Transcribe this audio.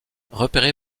repéré